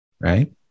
right